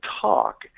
talk